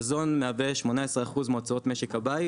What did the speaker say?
מזון מהווה 18% מהוצאות משק הבית.